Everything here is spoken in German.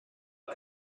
die